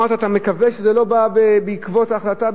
אמרת: אתה מקווה שזה לא בא בעקבות ההחלטה,